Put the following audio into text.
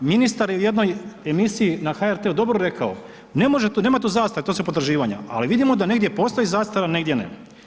Ministar je u jednoj emisiji na HRT-u dobro rekao, nema tu zastare, to su potraživanja, ali vidimo da negdje postoji zastara negdje ne.